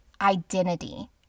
identity